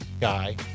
guy